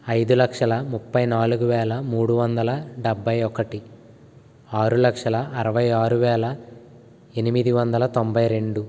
ఐదు లక్షల ముప్పై నాలుగు వేల మూడువందల డెబ్బై ఒకటి ఆరు లక్షల అరవై ఆరువేల ఎనిమిది వందల తొంభై రెండు